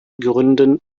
gründen